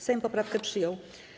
Sejm poprawkę przyjął.